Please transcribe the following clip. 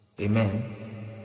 Amen